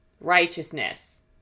Righteousness